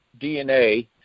DNA